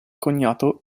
cognato